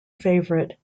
favorite